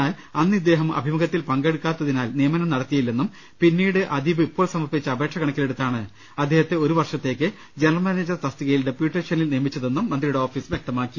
എന്നാൽ അന്ന് ഇദ്ദേഹം അഭിമുഖ ത്തിൽ പങ്കെടുക്കാത്തതിനാൽ നിയമനം നടത്തിയില്ലെന്നും പിന്നീട് അദീബ് ഇപ്പോൾ സമർപ്പിച്ച അപേക്ഷ കണക്കിലെടുത്താണ് അദ്ദേഹത്തെ ഒരു വർഷ ത്തേക്ക് ജനറൽ മാനേജർ തസ്തികയിൽ ഡപ്യൂട്ടേഷനിൽ നിയമിച്ചതെന്നും മന്ത്രിയുടെ ഓഫീസ് വ്യക്തമാക്കി